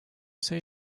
say